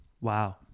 Wow